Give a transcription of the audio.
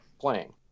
playing